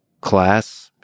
class